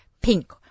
pink